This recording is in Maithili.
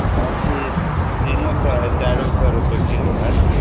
गैंहिकी तीनो सए हय चारियो सए रुपैये किलो हय